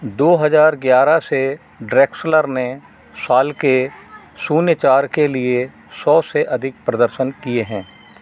दो हज़ार ग्यारह से ड्रेक्सलर ने शाल्के शून्य चार के लिए सौ से अधिक प्रदर्शन किए हैं